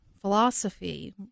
philosophy